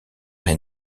est